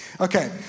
Okay